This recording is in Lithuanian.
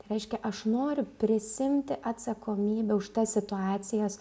reiškia aš noriu prisiimti atsakomybę už tas situacijas